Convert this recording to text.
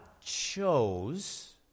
chose